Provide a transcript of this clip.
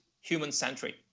human-centric